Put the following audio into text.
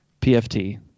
PFT